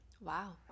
Wow